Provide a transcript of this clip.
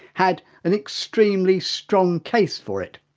had an extremely strong case for it.